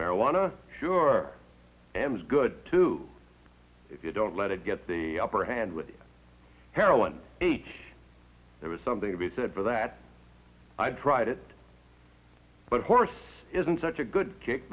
marijuana sure and is good too if you don't let it get the upper hand with heroin h there was something to be said for that i tried it but horse isn't such a good kick